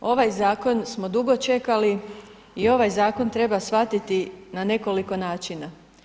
Ovaj zakon smo dugo čekali i ovaj zakon treba shvatiti na nekoliko načina.